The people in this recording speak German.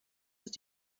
ist